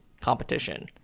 competition